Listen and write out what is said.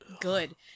good